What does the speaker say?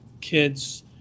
kids